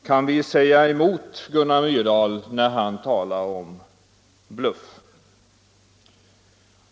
Kan vi säga emot Gunnar Myrdal, när han talar om ”bluff”?